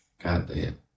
Goddamn